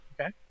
Okay